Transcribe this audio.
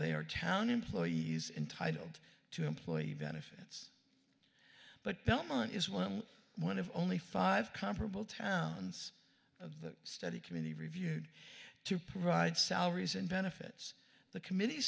are town employees intitled to employee benefits but that money is one one of only five comparable towns of the study committee reviewed to provide salaries and benefits the committee